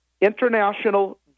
International